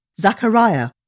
Zachariah